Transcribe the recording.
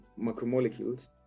macromolecules